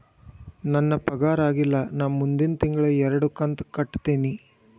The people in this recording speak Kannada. ನನ್ನ ಪಗಾರ ಆಗಿಲ್ಲ ನಾ ಮುಂದಿನ ತಿಂಗಳ ಎರಡು ಕಂತ್ ಕಟ್ಟತೇನಿ